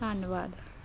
ਧੰਨਵਾਦ